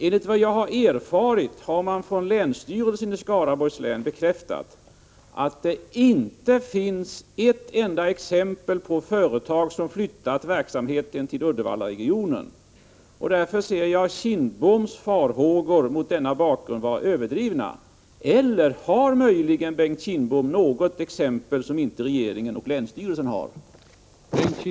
Enligt vad jag erfarit har länsstyrelsen i Skaraborgs län bekräftat att det inte finns ett enda exempel på att företag flyttat sin verksamhet till Uddevallaregionen. Mot den bakgrunden anser jag Bengt Kindboms farhågor vara överdrivna. Eller är det möjligen så, att Bengt Kindbom känner till något exempel som regeringen och länsstyrelsen inte känner till?